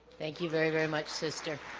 thank you very very much sister